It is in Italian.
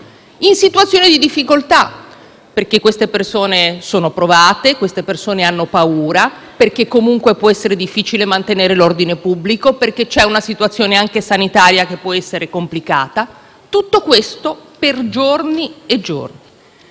in situazione di difficoltà, perché sono persone provate, che hanno paura perché comunque può essere difficile mantenere l'ordine pubblico, perché c'è una situazione anche sanitaria che può essere complicata. Tutto questo per giorni e giorni: